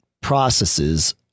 processes